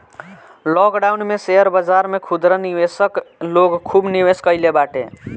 lockdown में share बाजार में खुदरा निवेशक लोग खूब निवेश कईले बाटे